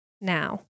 now